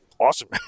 awesome